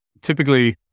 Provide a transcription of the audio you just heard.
typically